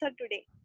today